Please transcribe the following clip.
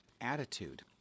attitude